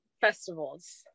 festivals